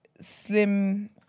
slim